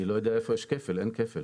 אני לא יודע איפה יש כפל, אין כפל.